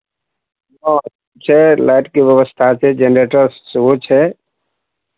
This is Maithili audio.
हँ छै लाइटके व्यवस्था छै जेनरेटर सेहो छै